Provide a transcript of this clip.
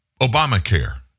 Obamacare